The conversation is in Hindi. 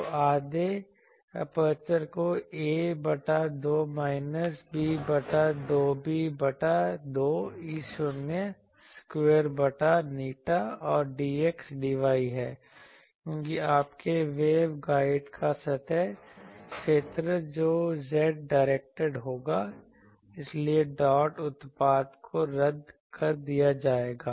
तो आधे एपर्चर को a बटा 2 माइनस b बटा 2 b बटा 2 E0 स्क्वायर बटा η और dxdy हैं क्योंकि आपके वेव गाइड का सतह क्षेत्र जो z डायरेक्टेड होगा इसलिए डॉट उत्पाद को रद्द कर दिया जाएगा